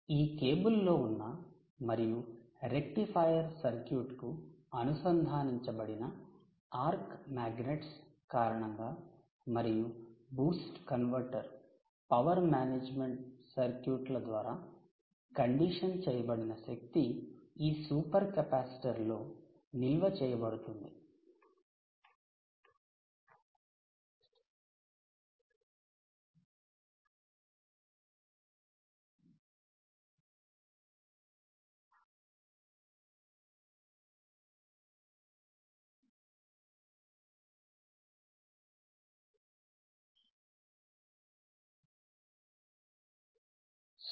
ఈ కేబుల్లో ఉన్న మరియు 'రెక్టిఫైయర్ సర్క్యూట్' కు అనుసంధానించబడిన ఆర్క్ మాగ్నెట్స్ కారణంగా మరియు 'బూస్ట్ కన్వర్టర్' 'పవర్ మేనేజ్మెంట్ సర్క్యూట్ల' 'power management circuits' ద్వారా 'కండిషన్' చేయబడిన శక్తి ఈ 'సూపర్ కెపాసిటర్' లో నిల్వ చేయబడుతుంది